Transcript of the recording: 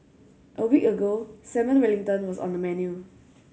a week ago Salmon Wellington was on the menu